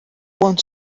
want